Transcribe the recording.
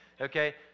Okay